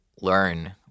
learn